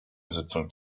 sitzung